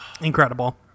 Incredible